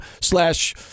slash